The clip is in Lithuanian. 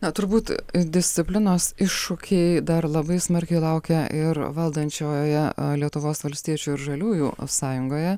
na turbūt disciplinos iššūkiai dar labai smarkiai laukia ir valdančiojoje lietuvos valstiečių ir žaliųjų sąjungoje